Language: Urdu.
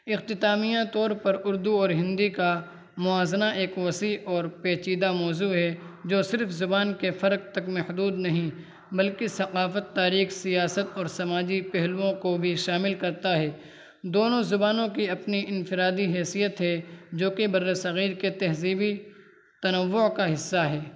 اختتامیہ طور پر اردو اور ہندی کا موازنہ ایک وسیع اور پیچیدہ موضوع ہے جو صرف زبان کے فرق تک محدود نہیں بلکہ ثقافت تاریخ سیاست اور سماجی پہلوؤں کو بھی شامل کرتا ہے دونوں زبانوں کی اپنی انفرادی حیثیت ہے جو کہ برِ صغیر کے تہذیبی تنوع کا حصہ ہے